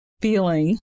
feeling